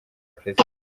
perezida